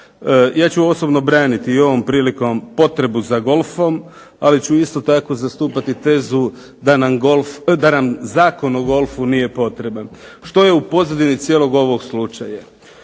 ja ću osobno braniti i ovom prilikom potrebu za golfom, ali ću isto tako zastupati tezu da nam Zakon o golfu nije potreban. Što je u pozadini cijelog ovog slučaja,